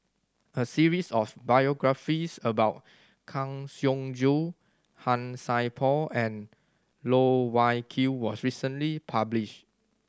a series of biographies about Kang Siong Joo Han Sai Por and Loh Wai Kiew was recently publish